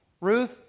Ruth